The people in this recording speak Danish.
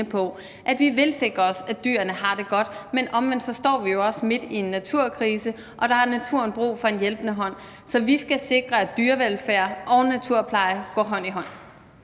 at vi vil sikre os, at dyrene har det godt. Men omvendt står vi jo også midt i en naturkrise, og der har naturen brug for en hjælpende hånd. Så vi skal sikre, at dyrevelfærd og naturpleje går hånd i hånd.